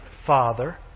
Father